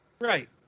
right